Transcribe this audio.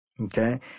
Okay